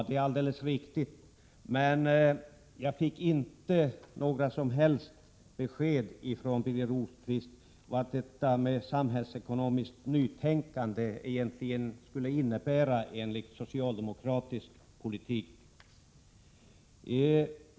Det är alldeles riktigt, men jag fick inte några som helst besked från Birger Rosqvist om vad detta med samhällsekonomiskt nytänkande egentligen skulle innebära enligt socialdemokratisk politik.